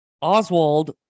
Oswald